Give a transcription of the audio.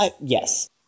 Yes